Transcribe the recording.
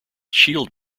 shield